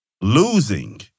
losing